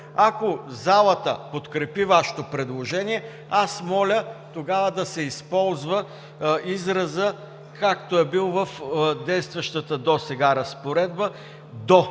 Ако залата подкрепи Вашето предложение, аз моля тогава да се използва изразът, както е бил в действащата досега разпоредба –